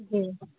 जी